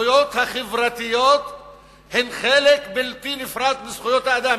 הזכויות החברתיות הן חלק בלתי נפרד מזכויות האדם.